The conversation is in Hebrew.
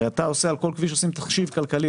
הרי על כל כביש עושים תחשיב כלכלי,